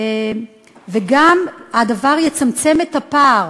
הדבר גם יצמצם את הפער